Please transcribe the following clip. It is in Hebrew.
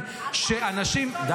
של אנשים --- אתה מכיר את ההיסטוריה שלנו?